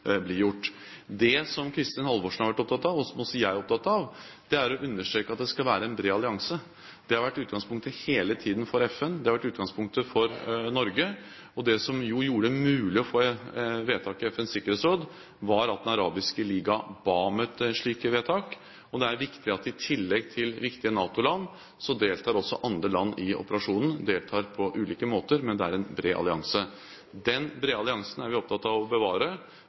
blir gjort. Det som Kristin Halvorsen har vært opptatt av – og som også jeg er opptatt av – er å understreke at det skal være en bred allianse. Det har vært utgangspunktet hele tiden for FN, og det har vært utgangspunktet for Norge. Det som gjorde det mulig å få et vedtak i FNs sikkerhetsråd, var at Den arabiske liga ba om et slikt vedtak. Det er viktig at i tillegg til viktige NATO-land deltar også andre land i operasjonen. De deltar på ulike måter, men det er en bred allianse. Den brede alliansen er vi opptatt av å bevare,